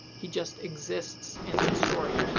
he just exists in the story.